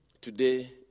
Today